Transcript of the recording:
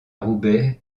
roubaix